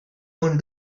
own